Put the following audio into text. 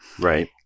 Right